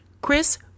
Chris